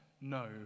no